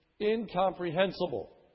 incomprehensible